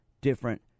different